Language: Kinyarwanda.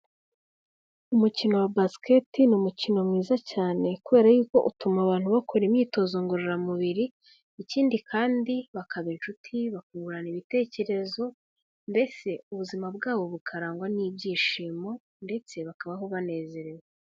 Umukino wa Basket ni umukino mwiza cyane kubera yuko utuma abantu bakora imyitozo ngororamubiri, ikindi kandi bakaba inshuti, bakungurana ibitekerezo mbese ubuzima bwabo bukarangwa n'ibyishimo ndetse bakabaho banezerewe.